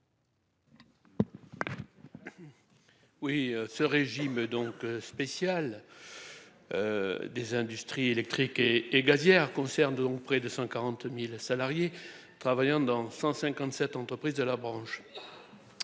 983. Le régime spécial des industries électriques et gazières concerne près de 140 000 salariés travaillant dans 157 entreprises de la branche.